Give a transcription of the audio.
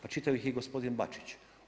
Pa čitao ih je i gospodin Bačić.